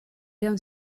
don’t